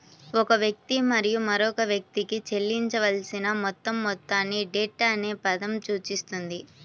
ఒక వ్యక్తి మరియు మరొక వ్యక్తికి చెల్లించాల్సిన మొత్తం మొత్తాన్ని డెట్ అనే పదం సూచిస్తుంది